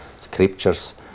scriptures